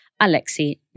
Alexei